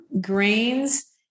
grains